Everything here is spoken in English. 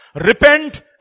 Repent